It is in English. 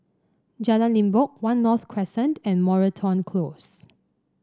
Jalan Limbok One North Crescent and Moreton Close